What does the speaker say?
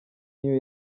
niyo